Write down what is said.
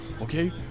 okay